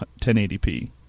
1080p